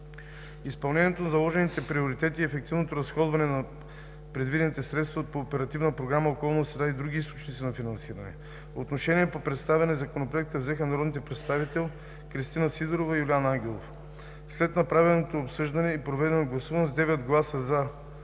изпълнение на заложените приоритети и ефективното разходване на предвидените средства по Оперативна програма „Околна среда“ и други източници на финансиране. Отношение по представения законопроект взеха народните представители: Кристина Сидорова и Юлиан Ангелов. След направеното обсъждане и проведеното гласуване: с 9 гласа